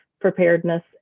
preparedness